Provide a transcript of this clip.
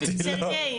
סרגיי,